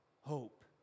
hope